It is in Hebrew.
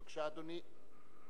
בבקשה, אדוני.